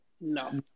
No